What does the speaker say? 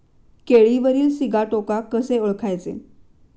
केळीवरील सिगाटोका कसे ओळखायचे?